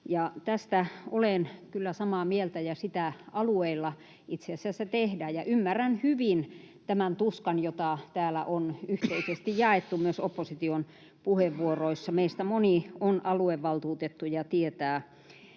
Tästä olen kyllä samaa mieltä, ja sitä alueilla itse asiassa tehdään. Ymmärrän hyvin tämän tuskan, jota täällä on yhteisesti jaettu myös opposition puheenvuoroissa. Meistä moni on aluevaltuutettu ja tietää